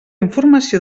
informació